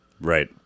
Right